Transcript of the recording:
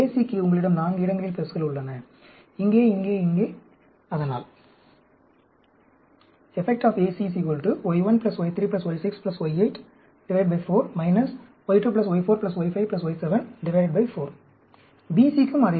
க்கு உங்களிடம் 4 இடங்களில் பிளஸ்கள் உள்ளன இங்கே இங்கே இங்கே அதனால் BC க்கும் அதேதான்